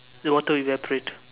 the water will evaporate